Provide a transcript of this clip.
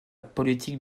politique